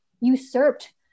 usurped